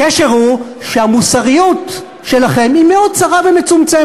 הקשר הוא שהמוסריות שלכם היא מאוד צרה ומצומצמת.